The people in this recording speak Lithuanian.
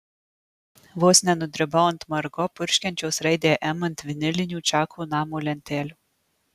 vos nenudribau ant margo purškiančios raidę m ant vinilinių čako namo lentelių